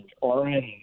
orange